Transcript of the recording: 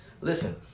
Listen